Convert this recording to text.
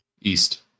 East